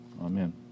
amen